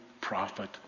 prophet